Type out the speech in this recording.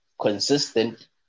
Consistent